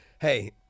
hey